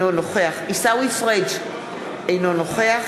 אינו נוכח עיסאווי פריג' אינו נוכח